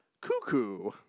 Cuckoo